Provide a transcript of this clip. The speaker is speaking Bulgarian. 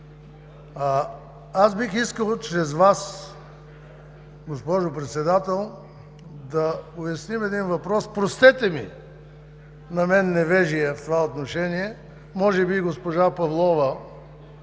Бих искал чрез Вас, госпожо Председател, да поясним един въпрос. Простете ми, на мен, невежия в това отношение. Може би госпожа Павлова